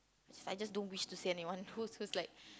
is just I don't wish to see anyone who's who's like